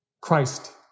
Christ